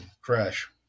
crash